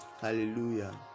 hallelujah